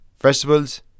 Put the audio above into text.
vegetables